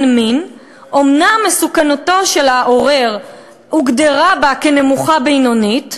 מין: "אומנם מסוכנותו של העורר הוגדרה בה כ'נמוכה-בינונית',